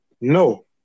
No